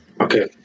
Okay